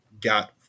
got